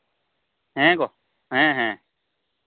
ᱦᱮᱸ ᱜᱚ ᱦᱮᱸ ᱦᱮᱸ